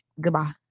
goodbye